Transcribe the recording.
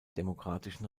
demokratischen